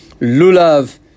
Lulav